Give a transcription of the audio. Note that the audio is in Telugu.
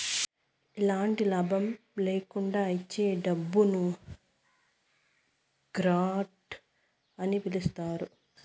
ఎలాంటి లాభం ల్యాకుండా ఇచ్చే డబ్బును గ్రాంట్ అని పిలుత్తారు